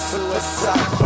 Suicide